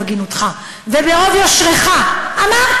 ברוב הגינותך וברוב יושרך אמרת,